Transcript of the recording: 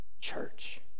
church